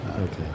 Okay